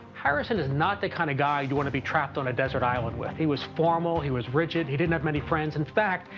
harrison is not the kind of guy you want to be trapped on a desert island with. he was formal. he was rigid. he didn't have many friends. in fact,